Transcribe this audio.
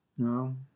No